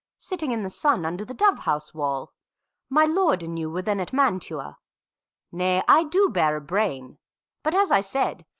sitting in the sun under the dove-house wall my lord and you were then at mantua nay, i do bear a brain but, as i said,